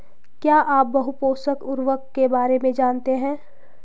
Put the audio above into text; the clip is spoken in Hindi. क्या आप बहुपोषक उर्वरक के बारे में जानते हैं?